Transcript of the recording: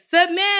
submit